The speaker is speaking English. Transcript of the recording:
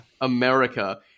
America